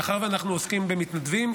מאחר שאנחנו עוסקים במתנדבים,